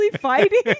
fighting